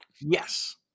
Yes